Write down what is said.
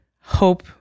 hope